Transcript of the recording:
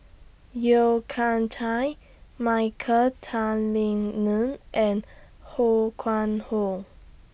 Yeo Kian Chai Michael Tan Kim Nei and Ho Yuen Hoe